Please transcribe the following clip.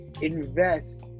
Invest